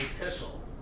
epistle